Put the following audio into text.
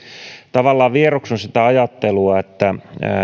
tavallaan vieroksun sitä ajattelua että